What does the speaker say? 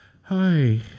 Hi